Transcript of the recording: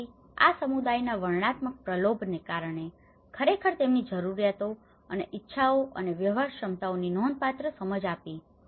તેથી આ સમુદાયના વર્ણનાત્મક પ્રલોભને ખરેખર તેમની જરૂરિયાતો અને ઇચ્છાઓ અને વ્યવહારક્ષમતાઓની નોંધપાત્ર સમજ આપી છે